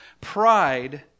Pride